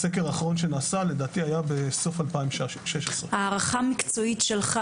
לדעתי הסקר האחרון שנעשה היה בסוף שנת 2016. והערכה מקצועית שלך,